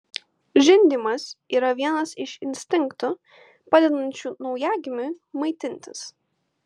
žindymas yra vienas iš instinktų padedančių naujagimiui maitintis